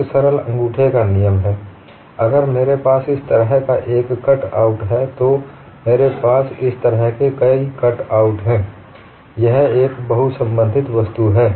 एक सरल अंगूठे का नियम है अगर मेरे पास इस तरह कट आउट हैं तो मेरे पास इस तरह के कई कट आउट हैं यह एक बहुसंबंधित वस्तु है